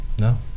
No